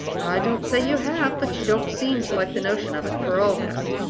don't say you have. but you don't seem to like the notion of it, for all that.